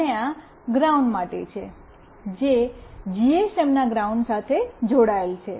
અને આ ગ્રાઉન્ડ માટે છે જે જીએસએમના ગ્રાઉન્ડ સાથે જોડાયેલ છે